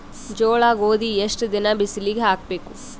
ಜೋಳ ಗೋಧಿ ಎಷ್ಟ ದಿನ ಬಿಸಿಲಿಗೆ ಹಾಕ್ಬೇಕು?